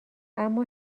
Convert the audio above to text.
اما